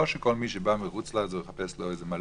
שכל מי שבא מחוץ לארץ מחפש לו איזה מלון,